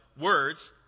Words